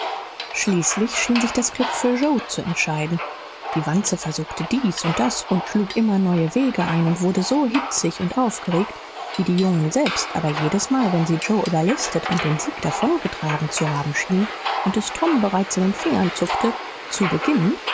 schließlich schien sich das glück für joe zu entscheiden die wanze versuchte dies und das schlug immer neue wege ein und wurde so hitzig und aufgeregt wie die jungen selbst aber jedesmal wenn sie joe überlistet und den sieg davongetragen zu haben schien und es tom bereits in den fingern zuckte zu beginnen